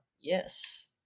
yes